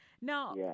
Now